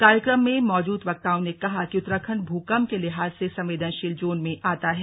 कार्यक्रम में मौजूद वक्ताओं ने कहा कि उत्तराखंड भूकंप के लिहाज से संवेदनशील जोन में आता है